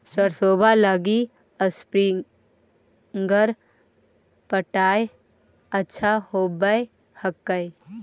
सरसोबा लगी स्प्रिंगर पटाय अच्छा होबै हकैय?